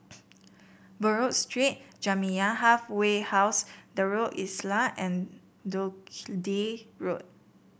Buroh Street Jamiyah Halfway House Darul Islah and Dundee Road